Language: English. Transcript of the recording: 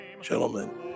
gentlemen